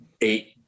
eight